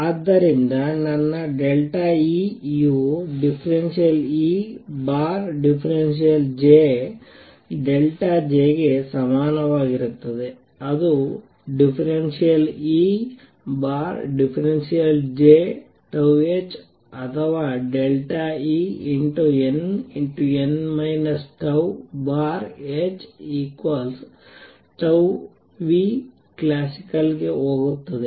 ಆದ್ದರಿಂದ ನನ್ನ E ಯು ∂E∂J J ಗೆ ಸಮನಾಗಿರುತ್ತದೆ ಅದು ∂E∂J τh ಅಥವಾ En→n τhτClassical ಗೆ ಹೋಗುತ್ತದೆ